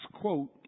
quote